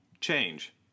change